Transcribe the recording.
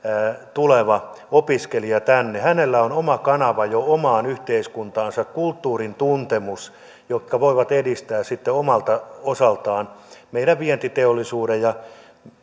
tuleva opiskelija jolla on oma kanavansa jo omaan yhteiskuntaansa kulttuurin tuntemus voi edistää sitten omalta osaltaan meidän vientiteollisuuden ja